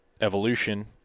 evolution